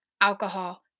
alcohol